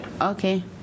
Okay